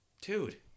dude